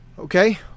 Okay